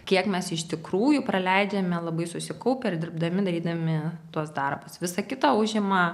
kiek mes iš tikrųjų praleidžiame labai susikaupę ir dirbdami darydami tuos darbus visa kita užima